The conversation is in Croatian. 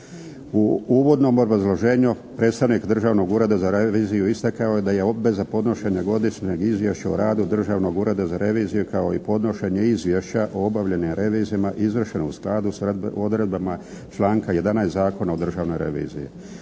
U uvodnom obrazloženju predstavnik Državnog ureda za reviziju istakao je da je obveza podnošenja Godišnjeg izvješća o radu Državnog ureda za reviziju kao i podnošenje izvješća o obavljenim revizijama izvršeno u skladu s odredbama članka 11. Zakona o Državnoj reviziji.